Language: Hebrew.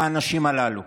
האנשים הללו.